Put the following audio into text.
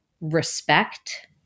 respect